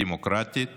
דמוקרטית